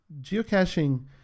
geocaching